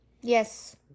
Yes